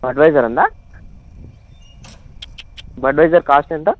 Budweiser ఉందా Budweiser cost ఎంత